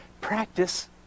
Practice